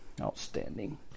outstanding